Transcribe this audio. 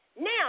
now